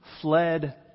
fled